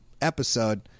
episode